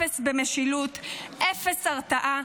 אפס במשילות, אפס הרתעה.